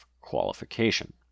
qualification